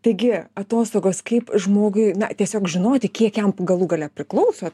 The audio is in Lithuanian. taigi atostogos kaip žmogui na tiesiog žinoti kiek jam galų gale priklauso